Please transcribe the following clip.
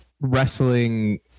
wrestling